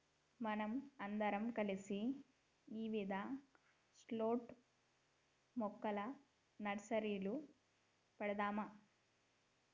మనం అందరం కలిసి ఇవిధ సోట్ల మొక్కల నర్సరీలు పెడదాము